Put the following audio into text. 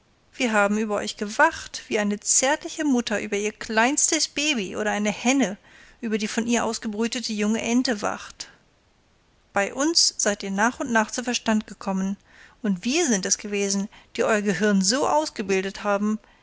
wir haben über euch gewacht wie eine zärtliche mutter über ihr kleinstes baby oder eine henne über die von ihr ausgebrütete junge ente wacht bei uns seid ihr nach und nach zu verstand gekommen und wir sind es gewesen die euer gehirn so ausgebildet haben